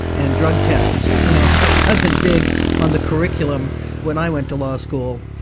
and drug tests, you know, that wasn't big on the curriculum when i went to law school.